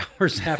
hours